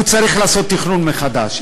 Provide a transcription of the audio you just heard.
צריך לעשות תכנון מחדש.